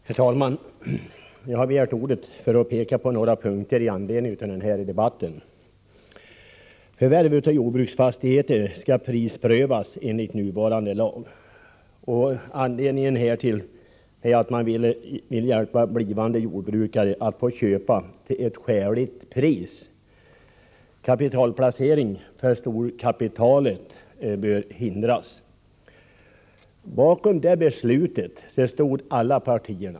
Herr talman! Jag har begärt ordet för att peka på några punkter i anledning av den här debatten. Förvärv av jordbruksfastigheter skall prisprövas enligt nuvarande lag. Anledningen härtill är att man vill hjälpa blivande jordbrukare att få köpa till ett skäligt pris. Storkapitalets möjligheter att göra kapitalplaceringar bör förhindras. Bakom detta beslut stod alla partier.